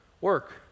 work